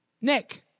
Nick